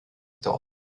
thought